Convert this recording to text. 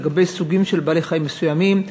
לגבי סוגים של בעלי-חיים מסוימים,